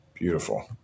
Beautiful